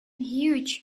huge